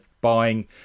buying